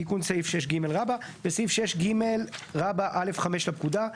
תיקון סעיף 6ג 3. בסעיף 6ג(א)(5) לפקודה,